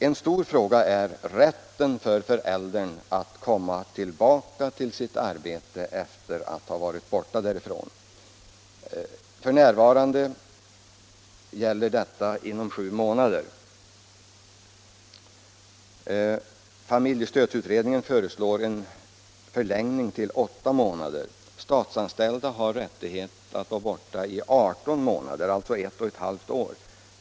En stor fråga är rätten för föräldrar att komma tillbaka till sitt arbete efter att ha varit borta därifrån. F. n. gäller denna rätt inom sju månader. Familjestödsutredningen föreslår en förlängning till åtta månader. Statsanställda har rättighet att vara borta i 18 månader.